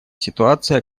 ситуация